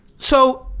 so,